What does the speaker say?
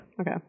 Okay